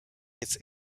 its